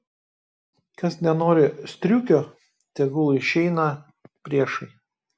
kas nenori striukio tegul išeina priešai